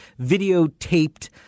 videotaped